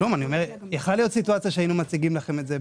מאריך עכשיו את אותן מגבלות ברגע שהוא מפריד בין כאל